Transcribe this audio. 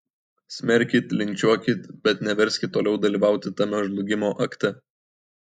smerkit linčiuokit bet neverskit toliau dalyvauti tame žlugimo akte